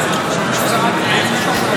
לשפה שלי, לציבור שאותו נבחרתי לייצג,